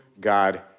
God